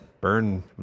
Burn